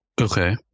Okay